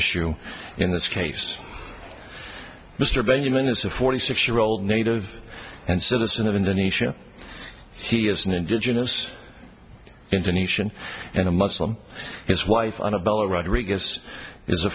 issue in this case mr benjamin is a forty six year old native and citizen of indonesia he is an indigenous internation and a muslim his wife annabel rodriguez